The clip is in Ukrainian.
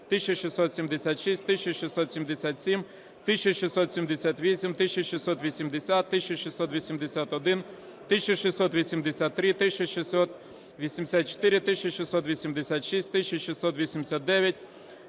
1676, 1677, 1678, 1680, 1681, 1683, 1684, 1686, 1689,